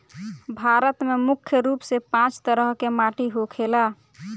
भारत में मुख्य रूप से पांच तरह के माटी होखेला